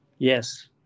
Yes